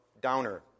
downer